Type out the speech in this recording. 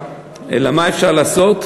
מה אפשר לעשות,